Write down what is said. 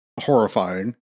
horrifying